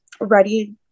ready